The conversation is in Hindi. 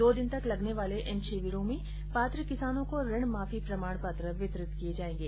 दो दिन तक लगने वाले इन शिविरों में पात्र किसानों को ऋण माफी प्रमाण पत्र वितरित किए जाएंगे